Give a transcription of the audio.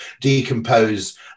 decompose